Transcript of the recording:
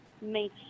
make